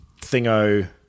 Thingo